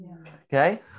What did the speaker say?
okay